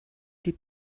die